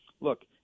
look